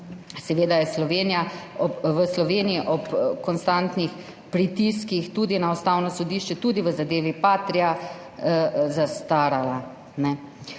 Seveda je v Sloveniji ob konstantnih pritiskih tudi na Ustavno sodišče zadeva Patria zastarala.